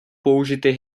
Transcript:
použity